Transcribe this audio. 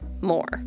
more